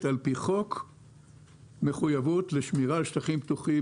על פי חוק מחויבות לשמירה על שטחים פתוחים,